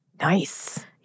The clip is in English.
Nice